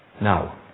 now